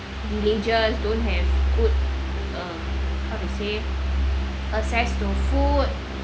villages don't have good um how to say access to food